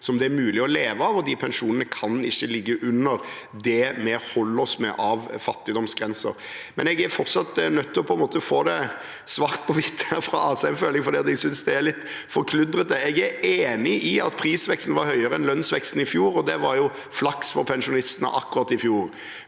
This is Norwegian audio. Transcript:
som det er mulig å leve av, og de pensjonene kan ikke ligge under det vi har av fattigdomsgrenser. Jeg er fortsatt nødt til på en måte å få det svart på hvitt fra Asheim, for jeg synes at det er litt forkludret. Jeg er enig i at prisveksten var høyere enn lønnsveksten i fjor, og det var jo flaks for pensjonistene akkurat i fjor.